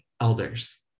elders